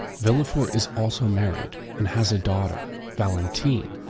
villefort is also married and has a daughter, valentine,